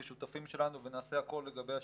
כשותפים שלנו ונעשה הכול לגבי השיתוף.